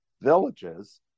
villages